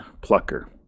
plucker